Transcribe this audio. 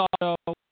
Auto